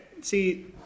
See